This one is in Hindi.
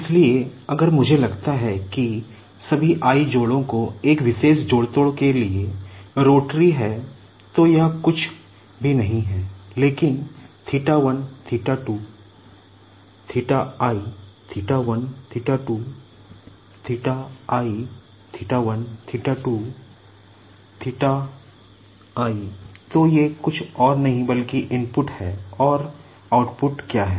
इसलिए अगर मुझे लगता है कि सभी i जोड़ों को एक विशेष जोड़तोड़ के लिए रोटरी हैं तो यह कुछ भी नहीं है लेकिन तो ये कुछ और नहीं बल्कि इनपुट हैं और आउटपुट क्या हैं